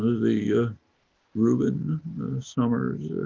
the ruin summers,